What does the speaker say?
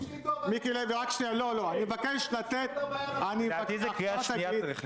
--- לדעתי, זה צריך להיות קריאה שנייה.